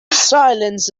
silence